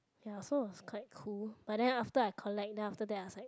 ya so is quite cool but then after I collect then after that I was like